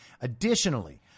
Additionally